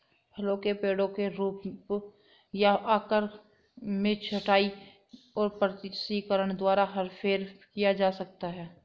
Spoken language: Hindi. फलों के पेड़ों के रूप या आकार में छंटाई और प्रशिक्षण द्वारा हेरफेर किया जा सकता है